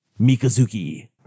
Mikazuki